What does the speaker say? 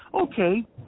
Okay